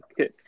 okay